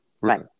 Right